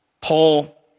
Paul